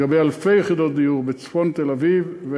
לגבי אלפי יחידות דיור בצפון תל-אביב.